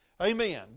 Amen